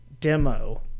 demo